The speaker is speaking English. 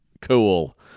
cool